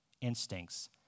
instincts